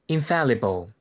Infallible